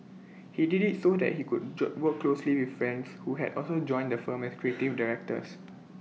he did IT so that he could job work closely with friends who had also joined the firm as creative directors